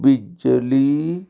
ਬਿਜਲੀ